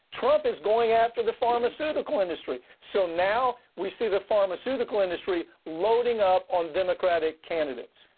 trump is going after the pharmaceutical industry. so now we see the pharmaceutical industry loading up on democratic candidates.